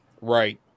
Right